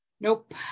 Nope